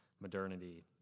modernity